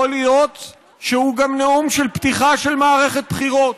יכול להיות שהוא גם נאום של פתיחה של מערכת בחירות.